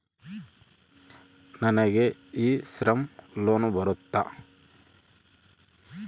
ನನಗೆ e Shram loan ಬರುತ್ತಾ?